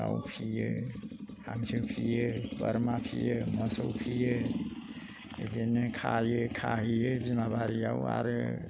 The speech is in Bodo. दाव फिसियो हांसो फिसियो बोरमा फिसियो मोसौ फिसियो बिदिनो खायो खाहैयो बिमा बारियाव आरो